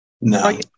No